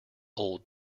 old